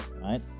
right